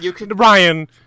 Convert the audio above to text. Ryan